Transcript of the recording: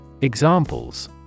Examples